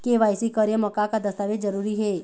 KYC करे म का का दस्तावेज जरूरी हे?